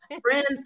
friends